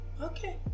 Okay